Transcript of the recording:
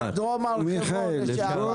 דרום הר חברון לשבר.